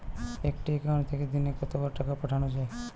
একটি একাউন্ট থেকে দিনে কতবার টাকা পাঠানো য়ায়?